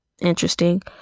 interesting